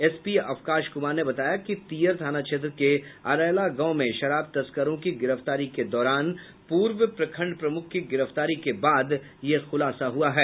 SP Avkash Kumar ने बताया कि तियर थाना क्षेत्र के अरैला गांव में शराब तस्करों की गिरफ्तारी के दौरान पूर्व प्रखंड प्रमुख की गिरफ्तारी के बाद ये खुलासा हुआ है